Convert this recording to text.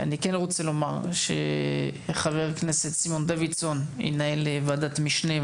אני רוצה לומר שחבר הכנסת סימון דוידסון ינהל ועדת משנה.